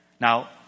Now